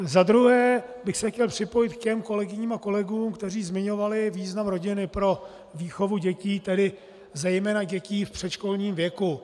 Za druhé bych se chtěl připojit k těm kolegyním a kolegům, kteří zmiňovali význam rodiny pro výchovu dětí, tedy zejména dětí v předškolním věku.